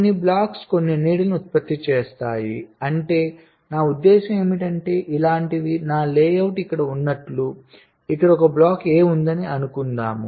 కొన్ని బ్లాక్స్ కొన్ని నీడలను ఉత్పత్తి చేస్తాయి అంటే నా ఉద్దేశ్యం ఏమిటంటే ఇలాంటివి నా లేఅవుట్ ఇక్కడ ఉన్నట్లు ఇక్కడ ఒక బ్లాక్ A ఉందని అనుకుందాం